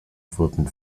wurden